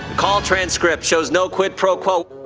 call transcript shows no quid pro quo.